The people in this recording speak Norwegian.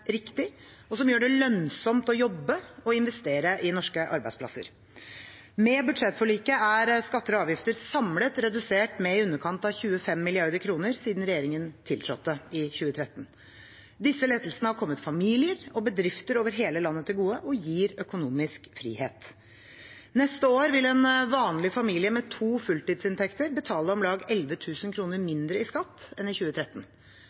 riktig, og som gjør det lønnsomt å jobbe og investere i norske arbeidsplasser. Med budsjettforliket er skatter og avgifter samlet redusert med i underkant av 25 mrd. kr siden regjeringen tiltrådte i 2013. Disse lettelsene har kommet familier og bedrifter over hele landet til gode og gir økonomisk frihet. Neste år vil en vanlig familie med to fulltidsinntekter betale om lag 11 000 kr mindre i skatt enn i 2013.